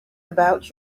about